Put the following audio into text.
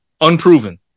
unproven